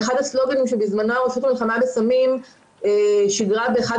אחד הסלוגנים שבזמנו הרשות למלחמה בסמים שידרה באחד